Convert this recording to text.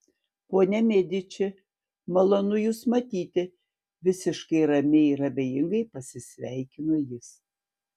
ponia mediči malonu jus matyti visiškai ramiai ir abejingai pasisveikino jis